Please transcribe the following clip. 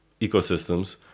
ecosystems